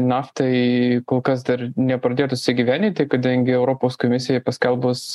naftai kol kas dar nepradėtos įgyvendinti kadangi europos komisijai paskelbus